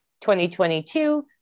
2022